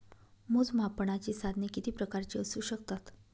मोजमापनाची साधने किती प्रकारची असू शकतात?